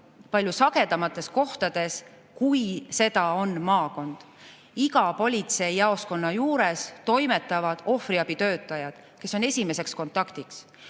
palju rohkemates kohtades, kui üksnes maakonnas. Iga politseijaoskonna juures toimetavad ohvriabitöötajad, kes on esimeseks kontaktiks.